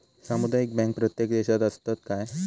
सामुदायिक बँक प्रत्येक देशात असतत काय?